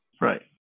Right